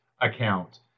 account